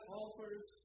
offers